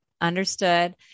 understood